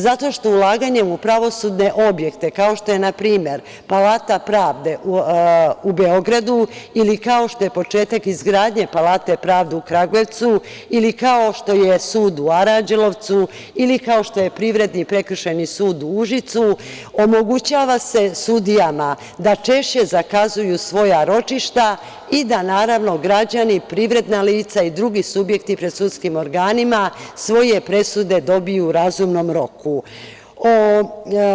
Zato što ulaganjem u pravosudne objekte, kao što je npr. Palata pravde u Beogradu ili kao što je početak izgradnje Palate pravde u Kragujevcu ili kao što je sud u Aranđelovcu, ili kao što je Privredni prekršajni sud u Užicu omogućava se sudijama da češće zakazuju svoja ročišta i da građani, privredna lica i drugi subjekti pred sudskim organima svoje presudu dobiju u razumnom roku.